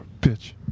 bitch